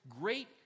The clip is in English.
great